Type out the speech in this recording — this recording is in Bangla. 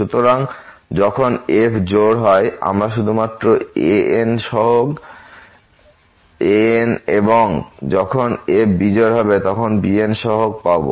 সুতরাং যখন তখন f জোড় হয় আমরা শুধুমাত্র ans সহগ an s এবং যখন f বিজোড় হবে তখন আমরা bns সহগ পাব